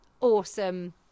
awesome